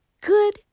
good